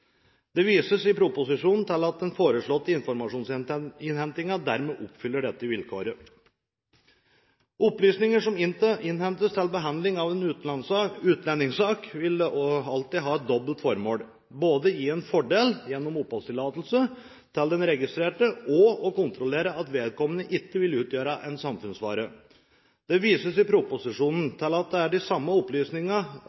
Det vises i proposisjonen til at den foreslåtte informasjonsinnhentingen dermed oppfyller dette vilkåret. Opplysninger som innhentes til behandling av en utlendingssak, vil alltid ha et dobbelt formål: Det vil både gi en fordel gjennom oppholdstillatelse til den registrerte, og det vil kontrollere at vedkommende ikke vil utgjøre en samfunnsfare. Det vises i